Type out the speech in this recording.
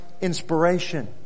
inspiration